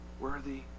worthy